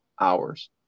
hours